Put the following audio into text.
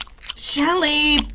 Shelly